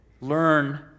learn